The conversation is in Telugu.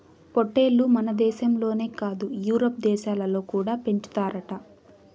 పొట్టేల్లు మనదేశంలోనే కాదు యూరోప్ దేశాలలో కూడా పెంచుతారట